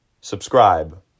subscribe